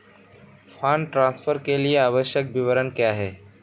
Fund transfer के लिए आवश्यक विवरण क्या हैं?